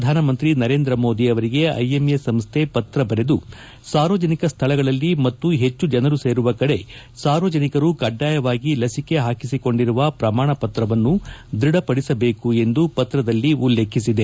ಪ್ರಧಾನ ಮಂತ್ರಿ ನರೇಂದ್ರ ಮೋದಿ ಅವರಿಗೆ ಐಎಂಎ ಸಂಸ್ಥೆ ಪತ್ರ ಬರೆದು ಸಾರ್ವಜನಿಕ ಸ್ಥಳಗಳಲ್ಲಿ ಮತ್ತು ಹೆಚ್ಚು ಜನರು ಸೇರುವ ಕಡೆ ಸಾರ್ವಜನಿಕರು ಕಡ್ಡಾಯವಾಗಿ ಲಸಿಕೆ ವಾಕಿಸಿಕೊಂಡಿರುವ ಪ್ರಮಾಣಪತ್ರವನ್ನು ದೃಢಪಡಿಸಬೇಕು ಎಂದು ಪತ್ರದಲ್ಲಿ ಉಲ್ಲೇಖಿಸಿದೆ